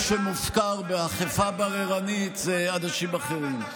מי שמופקר באכיפה בררנית זה אנשים אחרים.